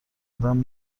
آدم